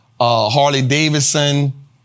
Harley-Davidson